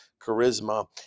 charisma